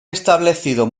establecido